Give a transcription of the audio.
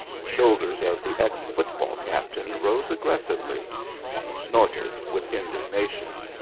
the shoulders of the ex-football captain rose aggressively he snorted with indignation.